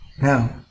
Now